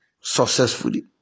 successfully